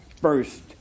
first